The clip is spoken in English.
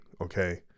okay